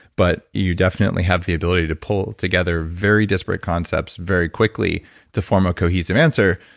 but you definitely have the ability to pull together very disparate concepts very quickly to form a cohesive answer.